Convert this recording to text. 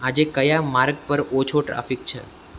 આજે કયા માર્ગ પર ઓછો ટ્રાફિક છે